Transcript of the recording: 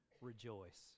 rejoice